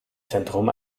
zentrum